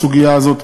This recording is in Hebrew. בסוגיה הזאת,